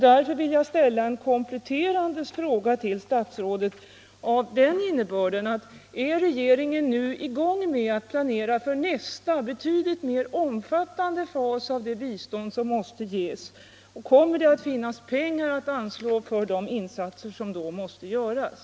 Därför vill jag ställa en kompletterande fråga till statsrådet: Är regeringen nu i gång med att planera för nästa betydligt mer omfattande fas i det bistånd som måste ges, och kommer det att finnas pengar att anslå för de insatser som då måste göras?